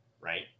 right